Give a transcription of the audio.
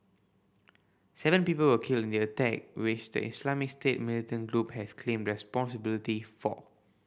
seven people were killed in the attack which the Islamic State militant group has claimed responsibility for